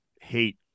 hate